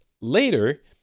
later